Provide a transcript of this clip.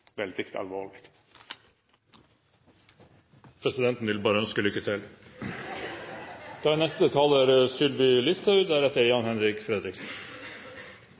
Presidenten vil bare ønske lykke til.